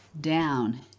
Down